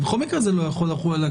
אבל בכל מקרה זה לא יכול לחול עליה,